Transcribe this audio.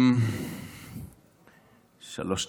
שלוש דקות.